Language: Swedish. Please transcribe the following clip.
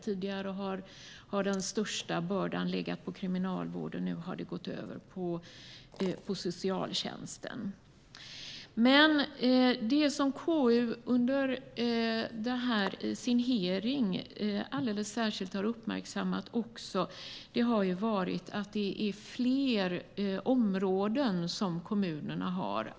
Tidigare har kriminalvården utgjort den största bördan, men nu har det gått över på socialtjänsten. Det KU i sin hearing alldeles särskilt har uppmärksammat är att kommunerna har fler områden att titta på.